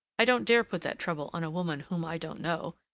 i don't dare put that trouble on a woman whom i don't know,